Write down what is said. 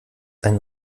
ein